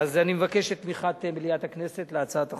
אז אני מבקש את תמיכת מליאת הכנסת בהצעת החוק.